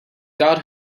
got